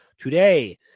Today